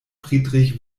friedrich